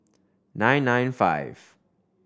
nine nine five